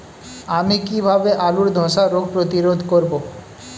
আমি কিভাবে আলুর ধ্বসা রোগ প্রতিরোধ করব?